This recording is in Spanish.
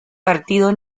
partido